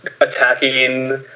attacking